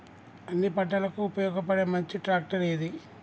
అన్ని పంటలకు ఉపయోగపడే మంచి ట్రాక్టర్ ఏది?